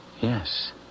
Yes